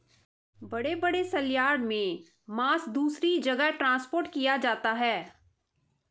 बड़े बड़े सलयार्ड से मांस दूसरे जगह ट्रांसपोर्ट किया जाता है